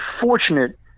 fortunate